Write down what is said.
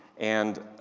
and,